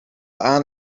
aan